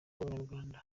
bw’abanyarwanda